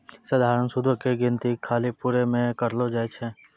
सधारण सूदो के गिनती खाली मूरे पे करलो जाय छै